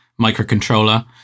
microcontroller